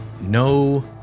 no